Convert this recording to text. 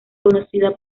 conocida